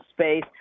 space